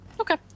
Okay